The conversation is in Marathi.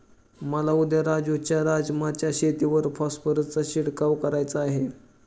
मला उद्या राजू च्या राजमा च्या शेतीवर फॉस्फरसचा शिडकाव करायचा आहे